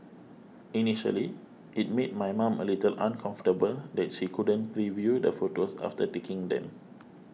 initially it made my mom a little uncomfortable that she couldn't preview the photos after taking them